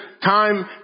time